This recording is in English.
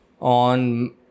on